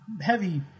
heavy